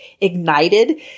ignited